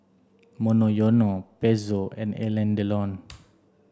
Monoyono Pezzo and Alain Delon